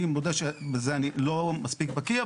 אני מודה שבזה אני לא מספיק בקיא.